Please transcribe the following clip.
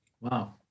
Wow